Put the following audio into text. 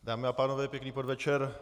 Dámy a pánové, pěkný podvečer.